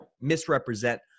misrepresent